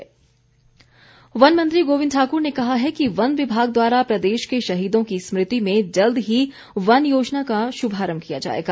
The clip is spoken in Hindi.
गोविंद ठाक्र वन मंत्री गोविंद ठाक्र ने कहा है कि वन विभाग द्वारा प्रदेश के शहीदों की स्मृति में जल्द ही वन योजना का शुभारंभ किया जाएगा